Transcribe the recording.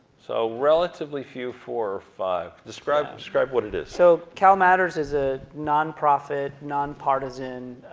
so relatively few, four or five. describe describe what it is. so calmatters is a nonprofit, nonpartisan